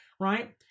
right